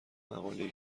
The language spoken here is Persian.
مقالهای